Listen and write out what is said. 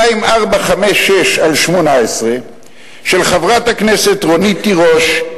פ/2456/18 של חברי הכנסת רונית תירוש,